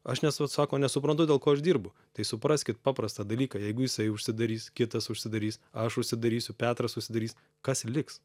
aš nes vat sako nesuprantu dėl ko aš dirbu tai supraskit paprastą dalyką jeigu jisai užsidarys kitas užsidarys aš užsidarysiu petras užsidarys kas liks